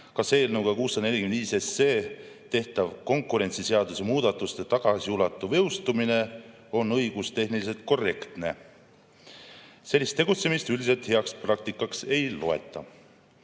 kas eelnõuga 645 tehtav konkurentsiseaduse muudatuste tagasiulatuv jõustumine on ikka õigustehniliselt korrektne. Sellist tegutsemist üldiselt heaks praktikaks ei loeta.